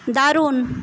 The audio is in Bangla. দারুণ